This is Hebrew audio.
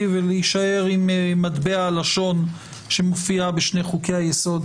ולהישאר עם מטבע הלשון שמופיעה בשני חוקי-היסוד